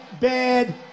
bad